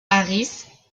harris